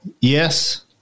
yes